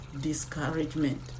discouragement